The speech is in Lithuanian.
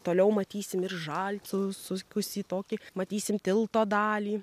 toliau matysim ir žaltį susisukusį tokį matysim tilto dalį